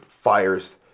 fires